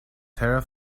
tera